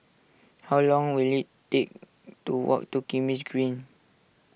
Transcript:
how long will it take to walk to Kismis Green